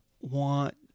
want